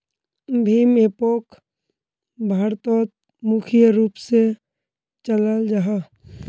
भीम एपोक भारतोत मुख्य रूप से चलाल जाहा